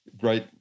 great